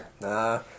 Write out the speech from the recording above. Nah